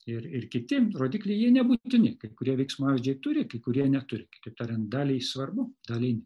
ir ir kiti rodikliai jie nebūtini kai kurie veiksmažodžiai turi kurie neturi kitaip tariant daliai svarbu daliai ne